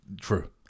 True